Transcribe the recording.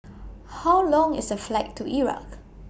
How Long IS The Flight to Iraq